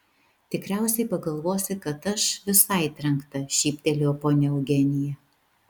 tikriausiai pagalvosi kad aš visai trenkta šyptelėjo ponia eugenija